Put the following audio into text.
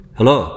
Hello